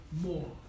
more